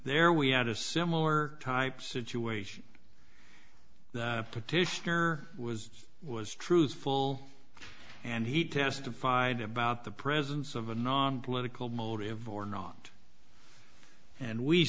there we had a similar type situation the petitioner was was truthful and he testified about the presence of a nonpolitical motive or not and we